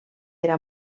era